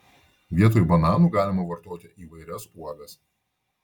vietoj bananų galima vartoti įvairias uogas